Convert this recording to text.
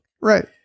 Right